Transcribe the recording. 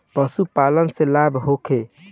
पशु पालन से लाभ होखे?